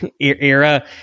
era